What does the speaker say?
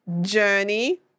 journey